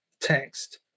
text